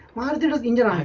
wildest and indian um